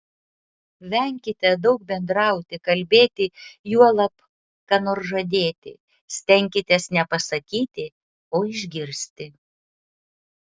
venkite daug bendrauti kalbėti juolab ką nors žadėti stenkitės ne pasakyti o išgirsti